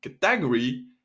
category